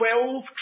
twelve